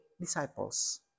disciples